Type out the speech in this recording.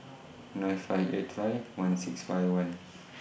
nine five eight five one six five one